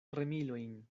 remilojn